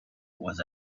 was